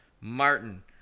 Martin